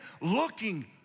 looking